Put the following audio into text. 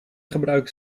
gebruiken